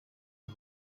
wir